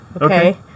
Okay